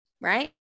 right